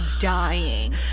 dying